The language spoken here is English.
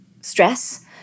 stress